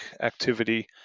activity